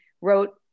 wrote